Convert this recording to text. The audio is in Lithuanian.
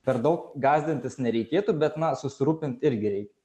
per daug gąsdintis nereikėtų bet na susirūpint irgi reikia